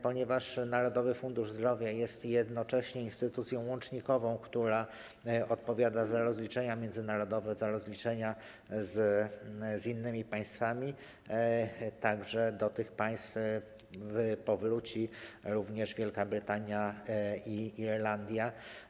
Ponieważ Narodowy Fundusz Zdrowia jest jednocześnie instytucją łącznikową, która odpowiada za rozliczenia międzynarodowe, za rozliczenia z innymi państwami, do tych państw powrócą Wielka Brytania i Irlandia.